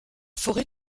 forêt